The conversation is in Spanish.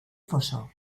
foso